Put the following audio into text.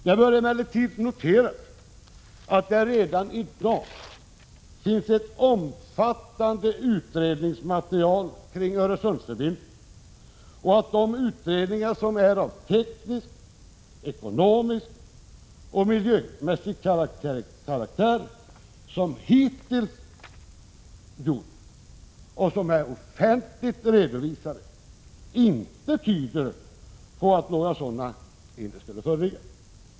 Det bör emellertid noteras att det redan i dag finns ett omfattande utredningsmaterial när det gäller Öresundsförbindelser och att de utredningar av teknisk, ekonomisk och miljömässig karaktär som hittills har gjorts och som är offentligt redovisade inte tyder på att några hinder skulle föreligga.